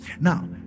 now